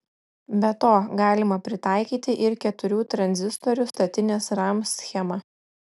be to galima pritaikyti ir keturių tranzistorių statinės ram schemą